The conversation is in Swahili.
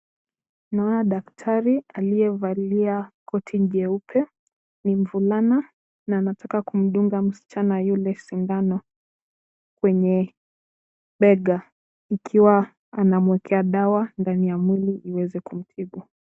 Naona daktari aliyevalia koti jeupe. Ni mvulana na anataka kumdunga msichana yule sindano kwenye bega ikiwa anamwekea dawa ndani ya mwili iweze kumtibu.